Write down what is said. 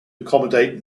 accommodate